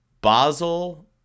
Basel